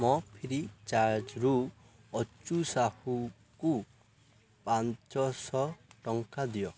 ମୋ ଫ୍ରିଚାର୍ଜରୁ ଅଚ୍ୟୁ ସାହୁଙ୍କୁ ପାଞ୍ଚଶହ ଟଙ୍କା ଦିଅ